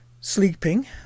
sleeping